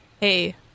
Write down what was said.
Hey